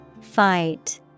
Fight